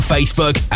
Facebook